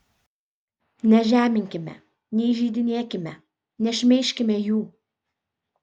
nežeminkime neįžeidinėkime nešmeižkime jų